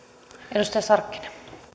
arvoisa